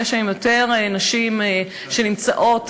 והיום יותר נשים נמצאות